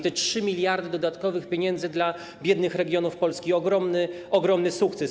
To 3 mld dodatkowych pieniędzy dla biednych regionów Polski - ogromny sukces.